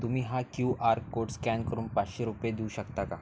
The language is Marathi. तुम्ही हा क्यू आर कोड स्कॅन करून पाचशे रुपये देऊ शकता का